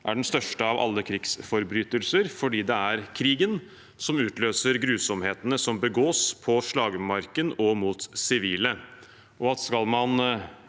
er den største av alle krigsforbrytelser, fordi det er krigen som utløser grusomhetene som begås på slagmarken og mot sivile, og at skal man